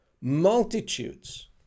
Multitudes